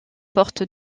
porte